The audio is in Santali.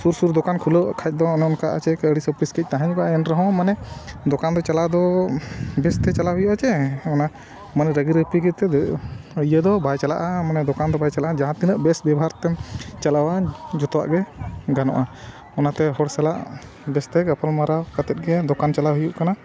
ᱥᱩᱨ ᱥᱩᱨ ᱫᱚᱠᱟᱱ ᱠᱷᱩᱞᱟᱹᱣ ᱮᱜ ᱠᱷᱟᱱ ᱫᱚ ᱚᱱᱮ ᱚᱱᱠᱟ ᱟᱹᱲᱤᱥ ᱟᱯᱤᱥ ᱠᱮᱡ ᱛᱟᱦᱮᱱᱚᱜᱼᱟ ᱮᱱ ᱨᱮᱦᱚᱸ ᱢᱟᱱᱮ ᱫᱚᱠᱟᱱ ᱫᱚ ᱪᱟᱞᱟᱣ ᱫᱚ ᱵᱮᱥ ᱛᱮ ᱪᱟᱞᱟᱣ ᱦᱩᱭᱩᱜᱼᱟ ᱥᱮ ᱚᱱᱟ ᱢᱟᱱᱮ ᱨᱟᱹᱜᱤ ᱨᱟᱯᱟᱜᱤ ᱠᱟᱛᱮ ᱤᱭᱟᱹ ᱫᱚ ᱵᱟᱭ ᱪᱟᱞᱟᱜᱼᱟ ᱢᱟᱱᱮ ᱫᱚᱠᱟᱱ ᱫᱚ ᱵᱟᱭ ᱪᱟᱞᱟᱜᱼᱟ ᱡᱟᱦᱟᱸ ᱛᱤᱱᱟᱹᱜ ᱵᱮᱥ ᱵᱮᱵᱷᱟᱨ ᱛᱮᱢ ᱪᱟᱞᱟᱣᱟ ᱡᱚᱛᱚᱣᱟᱜ ᱜᱮ ᱜᱟᱱᱚᱜᱼᱟ ᱚᱱᱟᱛᱮ ᱦᱚᱲ ᱥᱟᱞᱟᱜ ᱵᱮᱥ ᱛᱮ ᱜᱟᱯᱟᱞᱢᱟᱨᱟᱣ ᱠᱟᱛᱮᱫ ᱜᱮ ᱫᱚᱠᱟᱱ ᱪᱟᱞᱟᱣ ᱦᱩᱭᱩᱜ ᱠᱟᱱᱟ